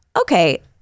Okay